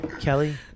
Kelly